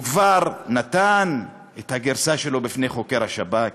הוא כבר נתן את הגרסה שלו בפני חוקר השב"כ,